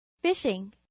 Fishing